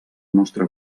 nostre